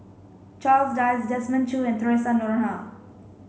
Charles Dyce Desmond Choo and Theresa Noronha